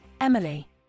Emily